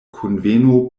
kunveno